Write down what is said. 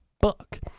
book